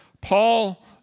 Paul